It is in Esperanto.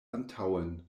antaŭen